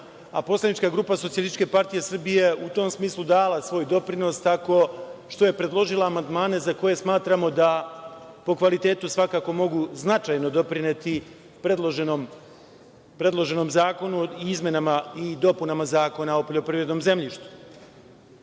a poslanička grupa SPS je u tom smislu dala svoj doprinos tako što je predložila amandmane za koje smatramo da po kvalitetu svakako mogu značajno doprineti predloženom zakonu i izmenama i dopunama Zakona o poljoprivrednom zemljištu. Treba